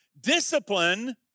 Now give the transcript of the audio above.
Discipline